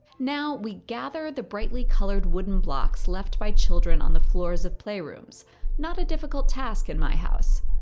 now, we gather the brightly colored wooden blocks left by children on the floors of playrooms not a difficult task in my house.